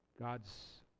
God's